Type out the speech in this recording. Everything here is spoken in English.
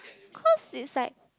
cause it's like